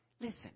Listen